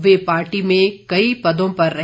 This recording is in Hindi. वे पार्टी में कई पदों पर रहे